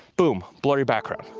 boom, blurry background.